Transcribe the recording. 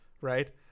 right